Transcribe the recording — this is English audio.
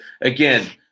again